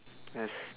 yes